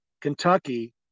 kentucky